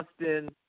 Austin